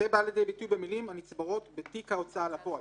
זה בא לידי ביטוי במילים "הנצברות בתיק ההוצאה לפועל",